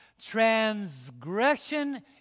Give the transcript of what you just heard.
transgression